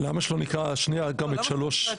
למה שלא נקרא גם את 3?